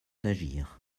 d’agir